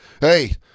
hey